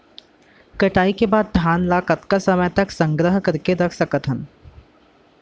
कटाई के बाद धान ला कतका समय तक संग्रह करके रख सकथन?